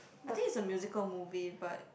I think it's a musical movie but